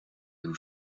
who